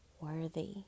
worthy